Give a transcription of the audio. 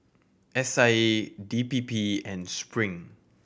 S I A D P P and Spring